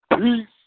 Peace